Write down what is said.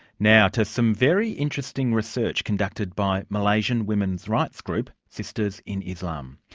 now, to some very interesting research conducted by malaysian women's rights group, sisters in islam.